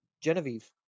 Genevieve